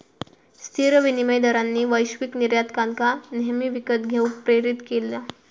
स्थिर विनिमय दरांनी वैश्विक निर्यातकांका नेहमी विकत घेऊक प्रेरीत केला